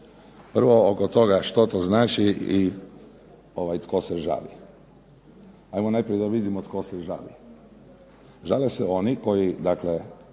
Prvo, oko toga što to znači i tko se žali. Ajmo najprije da vidimo tko se žali. Žale se oni koji dakle